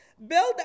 Build